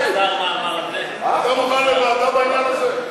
אתה מוכן לוועדה בעניין הזה?